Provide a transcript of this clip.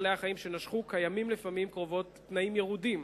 בעלי-החיים שנשכו קיימים לפעמים קרובות תנאים ירודים.